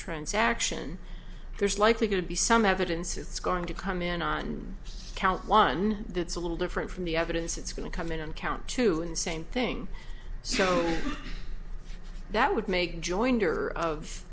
transaction there's likely to be some evidence it's going to come in and count one that's a little different from the evidence it's going to come in and count two and same thing so that would make joinder of